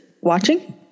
watching